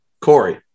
Corey